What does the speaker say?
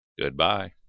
Goodbye